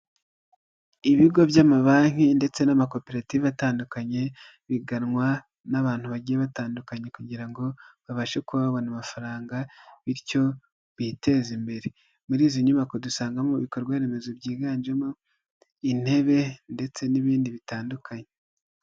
Ibigo by'amabanki ndetse n'amakoperative atandukanye biganwa n'abantu bagiye batandukanye kugira ngo babashe kuba babona amafaranga bityo biteze imbere, muri izi nyubako dusangamo ibikorwa remezo byiganjemo intebe ndetse n'ibindi bitandukanye.